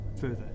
further